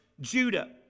Judah